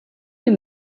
you